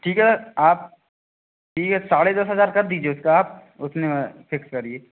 ठीक है आप ठीक है साढ़े दस हज़ार कर दीजिए उसका आप उतने में फ़िक्स करिए